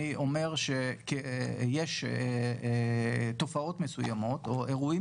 אני אומר שיש תופעות מסוימות או אירועים